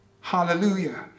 Hallelujah